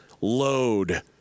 load